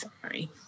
sorry